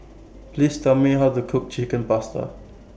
Please Tell Me How to Cook Chicken Pasta